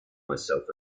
myself